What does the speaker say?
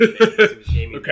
Okay